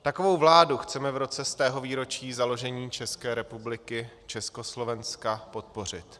Takovou vládu chceme v roce stého výročí založení České republiky Československa podpořit.